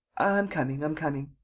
i'm coming. i'm coming.